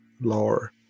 lore